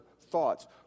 thoughts